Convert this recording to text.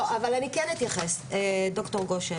אנחנו נשמח להסרת כל חסמים והמשרד בהובלת השר בוחן